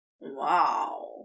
Wow